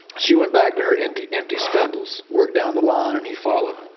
she went back to her empty empty spindles, worked down the line and he followed.